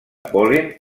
pol·len